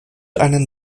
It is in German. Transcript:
einen